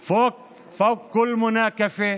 הוא חוק שנותן לנו את הזכות לקבור את המתים